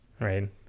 Right